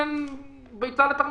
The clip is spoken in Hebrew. מה הקשר בין ביצה לתרנגולת?